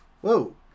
Whoa